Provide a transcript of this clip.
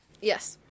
Yes